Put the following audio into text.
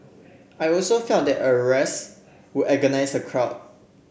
I also felt that arrests would antagonise the crowd